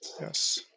Yes